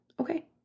Okay